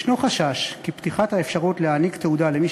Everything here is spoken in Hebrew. יש חשש כי פתיחת האפשרות להעניק תעודה למי